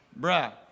Bruh